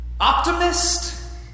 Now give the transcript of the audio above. Optimist